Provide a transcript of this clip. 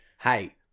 hey